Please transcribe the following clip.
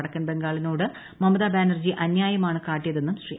വടക്കൻ ബംഗാളിനോട് മമത ബാനർജി അന്യായമാണ് കാട്ടിയതെന്ന് ശ്രീ